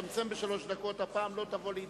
להצטמצם לשלוש דקות הפעם לא תבוא על סיפוקה.